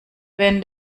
wenn